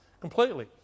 completely